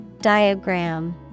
Diagram